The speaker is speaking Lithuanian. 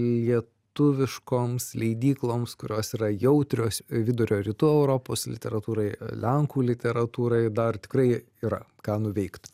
lietuviškoms leidykloms kurios yra jautrios vidurio rytų europos literatūrai lenkų literatūrai dar tikrai yra ką nuveikt